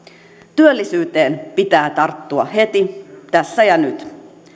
työllisyyteen pitää tarttua heti tässä ja nyt